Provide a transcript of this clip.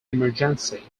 emergency